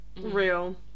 Real